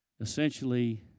Essentially